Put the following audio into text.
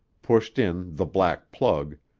pushed in the black plug,